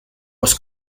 was